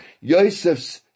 Yosef's